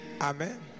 Amen